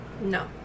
No